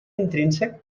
intrínsec